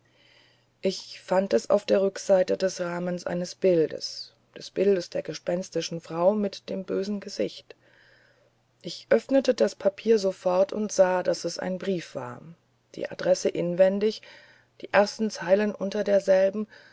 ich fand es auf der rückseite des rahmens jenes bildes des bildes der gespenstischenfraumitdembösengesicht ichöffnetedaspapiersofortundsah daß es ein brief war die adresse inwendig die erste zeile unter derselben